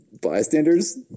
bystanders